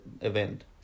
event